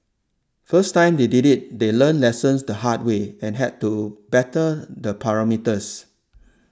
first time they did it they learnt lessons the hard way and had to better the parameters